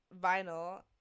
vinyl